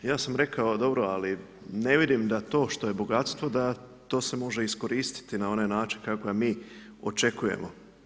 Ja sam rekao, dobro, ali ne vidim da to što je bogatstvo da to se može iskoristiti na onaj način kako ga mi očekujemo.